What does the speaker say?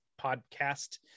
podcast